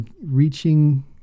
reaching